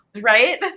right